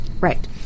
Right